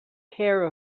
care